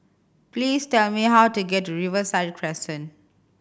please tell me how to get to Riverside Crescent